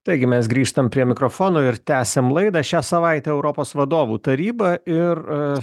taigi mes grįžtam prie mikrofono ir tęsiam laidą šią savaitę europos vadovų taryba ir